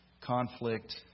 conflict